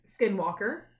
Skinwalker